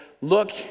look